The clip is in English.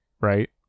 right